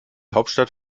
hauptstadt